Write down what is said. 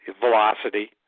velocity